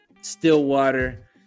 Stillwater